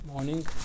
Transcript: Morning